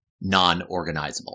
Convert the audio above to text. non-organizable